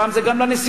הפעם זה גם לנשיאות.